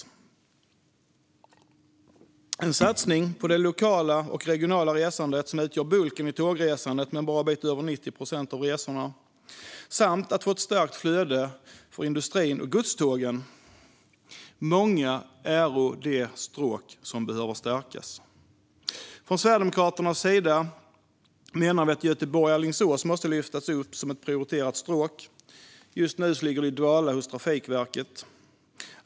Det handlar om en satsning på det lokala och regionala resandet, som utgör bulken i tågresandet med en bra bit över 90 procent av resorna, samt ett stärkt flöde för industrin och godstågen. Många äro de stråk som behöver stärkas. Sverigedemokraterna menar att sträckan Göteborg-Alingsås måste lyftas upp som ett prioriterat stråk. Just nu ligger det i dvala hos Trafikverket.